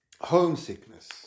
Homesickness